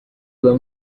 bamwe